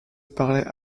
parlaient